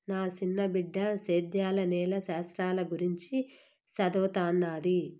నా సిన్న బిడ్డ సేద్యంల నేల శాస్త్రంల గురించి చదవతన్నాది